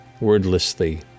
Wordlessly